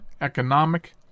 economic